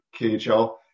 KHL